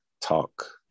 talk